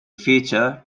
feature